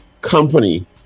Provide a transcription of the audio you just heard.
company